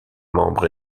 membre